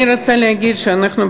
אני רוצה להגיד שאנחנו,